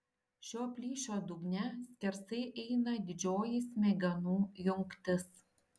šio plyšio dugne skersai eina didžioji smegenų jungtis